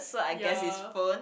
ya